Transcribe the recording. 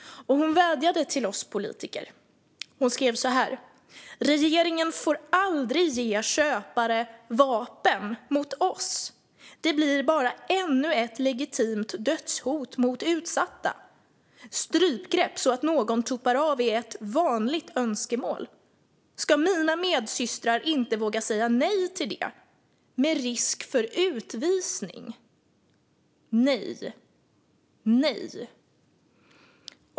Hon vädjade till oss politiker. Hon skrev: Regeringen får aldrig ge köpare vapen mot oss. Det blir bara ännu ett legitimt dödshot mot utsatta. Strypgrepp så att någon tuppar av är ett vanligt önskemål. Ska mina medsystrar inte våga säga nej till det, med risk för utvisning? Nej!